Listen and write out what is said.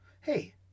Hey